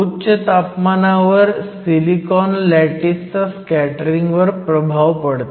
उच्च तापमानावर सिलिकॉन लॅटिसचा स्कॅटरिंगवर प्रभाव पडतो